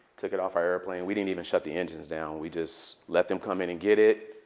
took it off our airplane. we didn't even shut the engines down. we just let them come in and get it.